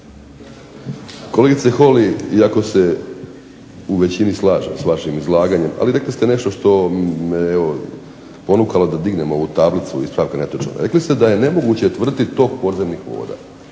Kolegice Holy iako se u većini slažem s vašim izlaganjem, ali rekli ste nešto što me evo ponukalo da dignem ovu tablicu ispravka netočnog. Rekli ste da je nemoguće tvrditi tok podzemnih voda.